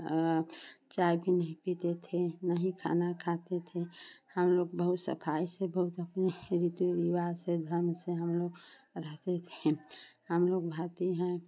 चाय भी नहीं पीते थे न ही खाना खाते थे हमलोग बहुत सफ़ाई से बहुत अथी से रीति रिवाज़ से एकदम से हमलोग रहते थे हमलोग भारतीय हैं